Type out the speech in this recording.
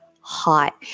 hot